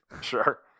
Sure